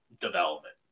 development